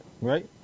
right